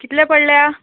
कितले पडल्या